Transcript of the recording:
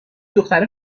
دختر